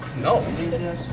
No